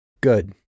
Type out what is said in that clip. Good